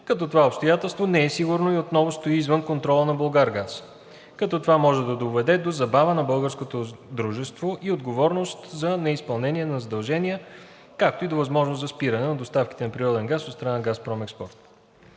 като това обстоятелство не е сигурно и отново стои извън контрола на „Булгаргаз“, като това може да доведе до забава на българското дружество и отговорност за неизпълнение на задължения, както и до възможност за спиране на доставките на природен газ от страна на „Газпром Експорт“.